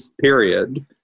period